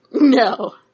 No